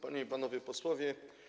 Panie i Panowie Posłowie!